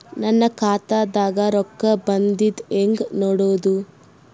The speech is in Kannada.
ನನ್ನ ಖಾತಾದಾಗ ರೊಕ್ಕ ಬಂದಿದ್ದ ಹೆಂಗ್ ನೋಡದು?